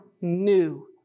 new